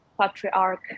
patriarch